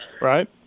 right